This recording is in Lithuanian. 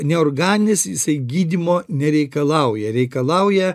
neorganinis jisai gydymo nereikalauja reikalauja